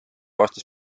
vastas